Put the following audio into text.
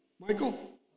Michael